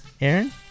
Aaron